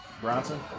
bronson